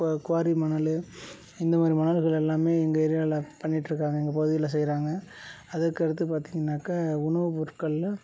குவா குவாரி மணல் இந்த மாதிரி மணல்கள் எல்லாம் எங்கள் ஏரியாவில் பண்ணிகிட்ருக்காங்க எங்கள் பகுதியில் செய்கிறாங்க அதற்கடுத்து பார்த்தீங்கன்னாக்கா உணவுப் பொருட்களில்